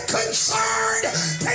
concerned